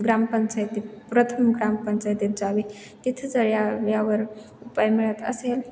ग्रामपंचायतीत प्रथम ग्रामपंचायतीत जावे तिथे जर या यावर उपाय मिळत असेल